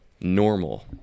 normal